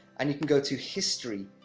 and you can go to history,